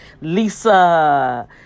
Lisa